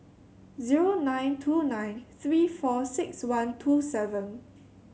zero nine two nine three four six one two seven